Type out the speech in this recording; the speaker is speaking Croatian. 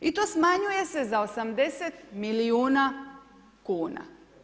I to smanjuje se za 80 milijuna kuna.